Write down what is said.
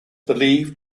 believed